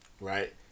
right